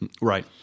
Right